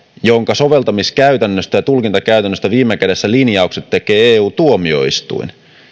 jonka soveltamiskäytännöstä ja tulkintakäytännöstä viime kädessä linjaukset tekee eu tuomioistuin